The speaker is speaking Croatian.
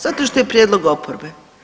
Zato što je prijedlog oporbe.